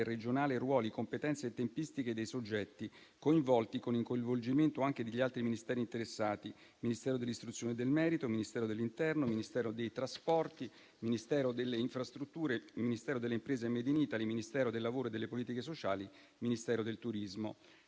regionale ruoli, competenze e tempistiche dei soggetti coinvolti, con il coinvolgimento anche degli altri Ministeri interessati (Ministero dell'istruzione e del merito, Ministero dell'interno, Ministero dei trasporti, Ministero delle infrastrutture, Ministero delle imprese e del Made in Italy, Ministero del lavoro e delle politiche sociali, Ministero del turismo).